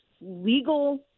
legal